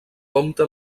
compta